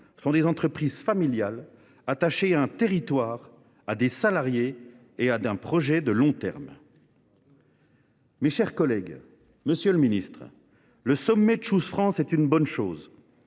sont des entreprises familiales attachées à un territoire, à des salariés et à un projet de long terme. Mes chers collègues, le sommet Choose France est une bonne